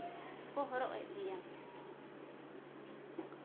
ᱠᱚ ᱦᱚᱨᱚᱜ ᱮᱫ ᱜᱮᱭᱟ